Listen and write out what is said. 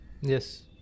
Yes